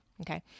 Okay